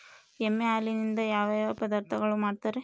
ಎಮ್ಮೆ ಹಾಲಿನಿಂದ ಯಾವ ಯಾವ ಪದಾರ್ಥಗಳು ಮಾಡ್ತಾರೆ?